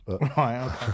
Right